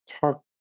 talk